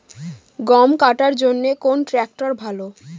গম কাটার জন্যে কোন ট্র্যাক্টর ভালো?